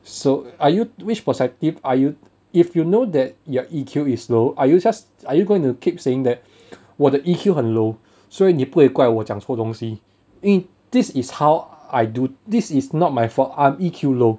so are you which perspective are you if you know that your E_Q is low are you just are you going to keep saying that 我的 E_Q 很 low 所以你不可以怪我讲错东西因为 this is how I do this is not my fault I am E_Q low